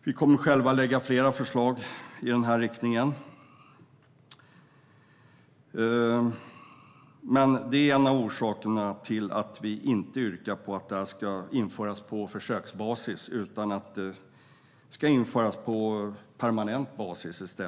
Vi kommer själva att lägga fram flera förslag i den här riktningen. En av orsakerna till att vi yrkar på att det här inte ska införas på försöksbasis utan i stället på permanent basis